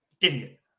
Idiot